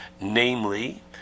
Namely